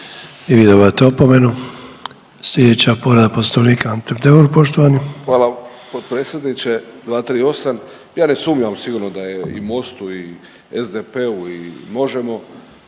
I vi dobivate opomenu. Slijedeća povreda poslovnika Ante Deur poštovani. **Deur, Ante (HDZ)** Hvala potpredsjedniče. 238., ja ne sumnjam sigurno da je i Mostu i SDP-u i Možemo!